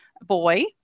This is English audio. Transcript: boy